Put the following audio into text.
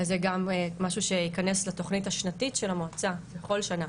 אז זה גם משהו שייכנס לתוכנית השנתית של המועצה בכל שנה.